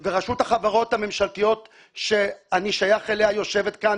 ורשות החברות שממשלתיות שאני שייך אליה יושבת כאן,